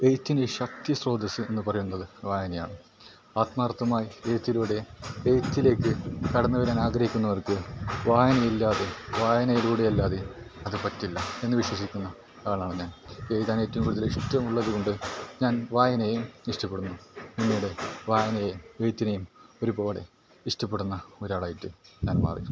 എഴുത്തിൻ്റെ ശക്തി സ്രോതസ്സ് എന്ന് പറയുന്നത് വായനയാണ് ആത്മാർഥമായി എഴുത്തിലൂടെ എഴുത്തിലേക്ക് കടന്ന് വരാൻ ആഗ്രഹിക്കുന്നവർക്ക് വായനയില്ലാതെ വായനയിലൂടെയല്ലാതെ അത് പറ്റില്ല എന്ന് വിശ്വസിക്കുന്ന ആളാണ് ഞാൻ എഴുതാനേറ്റവും കൂടുതൽ ഇഷ്ട്ടമുള്ളത് കൊണ്ട് ഞാൻ വായനെയും ഇഷ്ടപ്പെടുന്നു പിന്നീട് വായനയെയും എഴുത്തിനേയും ഒരുപോലെ ഇഷ്ടപ്പെടുന്ന ഒരാളായിട്ട് ഞാൻ മാറി